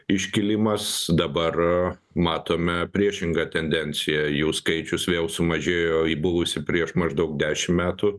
iškilimas dabar matome priešingą tendenciją jų skaičius vėl sumažėjo į buvusį prieš maždaug dešim metų